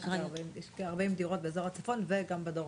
יש כארבעים דירות באזור הצפון וגם בדרום.